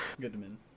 Goodman